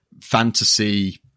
fantasy